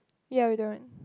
ya we don't